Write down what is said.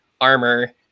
armor